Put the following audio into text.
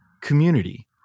community